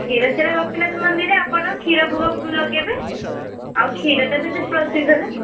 କ୍ଷୀରଚୋରା ଗୋପୀନାଥ ମନ୍ଦିର ଆପଣ କ୍ଷୀର ଭୋଗ ଲଗେଇବେ ଆଉ କ୍ଷୀରଟା ବି ପ୍ରସିଦ୍ଧ ନା